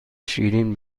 شیرین